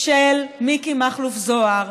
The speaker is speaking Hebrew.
של מיקי מכלוף זוהר.